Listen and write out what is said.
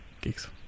Geeks